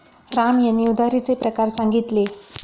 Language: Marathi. राम यांनी उधारीचे प्रकार सांगितले